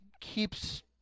keeps